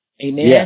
Amen